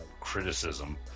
criticism